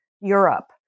Europe